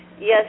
Yes